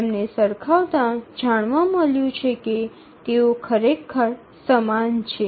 તેમને સરખાવતા જાણવા મળ્યું છે કે તેઓ ખરેખર સમાન છે